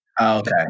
Okay